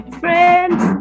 friends